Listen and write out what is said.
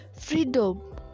freedom